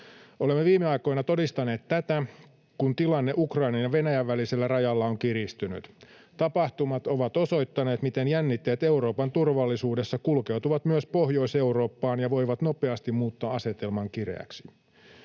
Olemme viime aikoina todistaneet tätä, kun tilanne Ukrainan ja Venäjän välisellä rajalla on kiristynyt. Tapahtumat ovat osoittaneet, miten jännitteet Euroopan turvallisuudessa kulkeutuvat myös Pohjois-Eurooppaan ja voivat nopeasti muuttaa asetelman kireäksi.